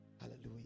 Hallelujah